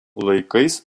laikais